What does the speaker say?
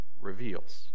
reveals